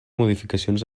modificacions